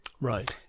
Right